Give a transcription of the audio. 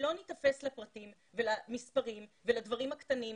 שלא ניתפס לפרטים ולמספרים ולדברים הקטנים,